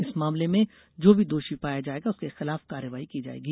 इस मामले में जो भी दोषी पाया जाएगा उसके खिलाफ कार्यवाही की जाएगी